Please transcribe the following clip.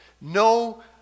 No